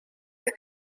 most